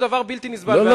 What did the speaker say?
ולא